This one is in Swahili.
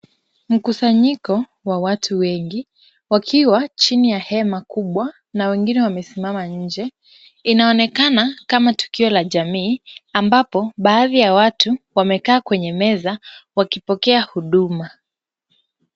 Mkusanyiko wa watu wengi wakiwa chini ya hema kubwa na wengine wamesimama nje. Inaonekana kama tukio la jamii ambapo baadhi ya watu wamekaa kwenye meza wakipokea huduma.